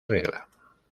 regla